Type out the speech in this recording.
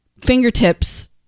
fingertips